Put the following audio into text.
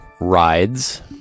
Rides